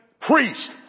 priest